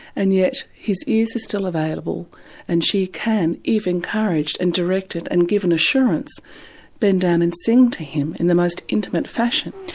and yet his ears are still available and she can, if encouraged and directed and given assurance bend down and sing to him in the most intimate fashion.